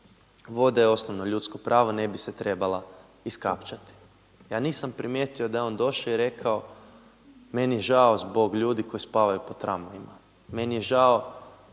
Voda je osnovno ljudsko pravo ne bi se trebala iskapčati. Ja nisam primijetio da je on došao i rekao, meni je žao zbog ljudi koji spavaju po tramvajima, meni je žao